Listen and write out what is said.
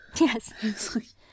Yes